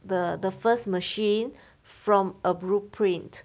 the the first machine from a blueprint